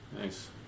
Nice